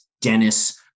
Dennis